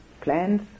plans